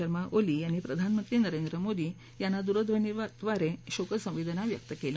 शर्मा ओली यांनी प्रधानमंत्री नरेंद्र मोदी यांना दूरध्वनीद्वारे शोकसंवेदना व्यक्त् केल्या